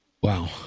Wow